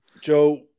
Joe